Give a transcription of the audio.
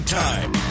time